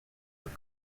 were